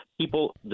people